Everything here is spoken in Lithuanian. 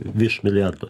virš milijardo